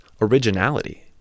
originality